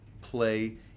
play